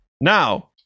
Now